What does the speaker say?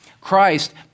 Christ